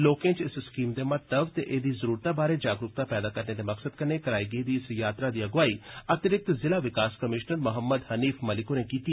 लोकें च इस स्कीम दे महत्व ते एदी जरूरतै बारै जागरूकता पैदा करने दे मकसद कन्नै कराई गेदी इस यात्रा दी अगुवाई अतिरिक्त जिला विकास कमिशनर मोहम्मद हनीफ मलिक होरें कीती